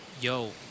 yo